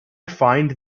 find